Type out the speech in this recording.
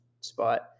spot